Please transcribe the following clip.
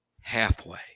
halfway